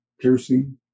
piercing